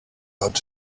ought